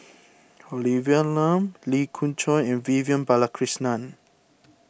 Olivia Lum Lee Khoon Choy and Vivian Balakrishnan